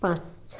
পাঁচশো